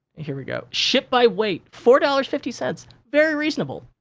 here we go. ship by weight, four dollars, fifty cents, very reasonable.